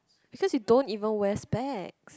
because he don't even wear specs